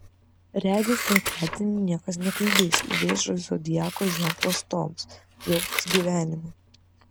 regis trečiadienį niekas nekliudys vėžio zodiako ženklo atstovams džiaugtis gyvenimu